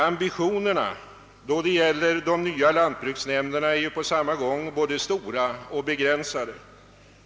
Ambitionerna då det gäller de nya lantbruksnämnderna är på samma gång både stora och begränsade.